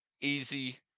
easy